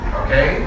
okay